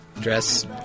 Dress